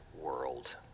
World